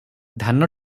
ଧାନ